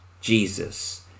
Jesus